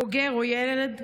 בוגר או ילד,